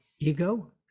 ego